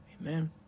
Amen